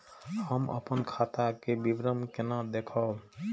हम अपन खाता के विवरण केना देखब?